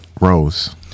Rose